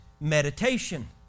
meditation